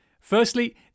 Firstly